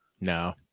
No